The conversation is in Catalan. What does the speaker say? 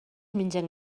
mengen